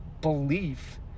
belief